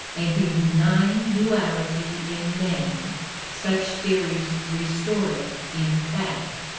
and in denying duality in name such theories restore it in fact,